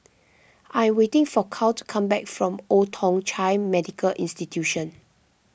I am waiting for Carl to come back from Old Thong Chai Medical Institution